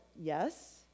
Yes